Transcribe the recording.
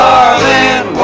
Darling